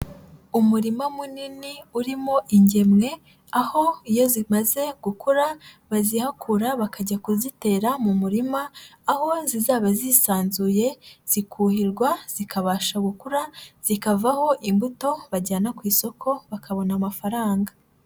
Umurima munini urimo ingemwe, aho iyo zimaze gukura, bazihakura bakajya kuzitera mu murima, aho zizaba zisanzuye, zikuhirwa, zikabasha gukura, zikavaho imbuto bajyana ku isoko bakabona amafaranga.